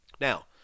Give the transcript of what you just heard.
Now